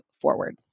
forward